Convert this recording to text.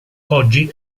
oggi